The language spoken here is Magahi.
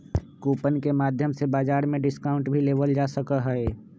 कूपन के माध्यम से बाजार में डिस्काउंट भी लेबल जा सका हई